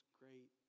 great